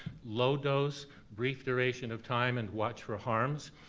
low-dose, brief duration of time, and watch for harms.